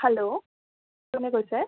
hello কোনে কৈছে